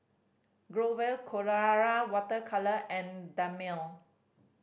Growell Colora Water Colour and Dermale